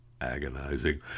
agonizing